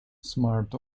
smart